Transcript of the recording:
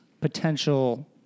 potential